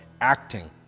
acting